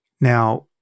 Now